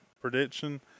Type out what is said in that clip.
prediction